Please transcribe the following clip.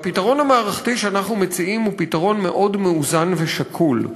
והפתרון המערכתי שאנחנו מציעים הוא פתרון מאוד מאוזן ושקול.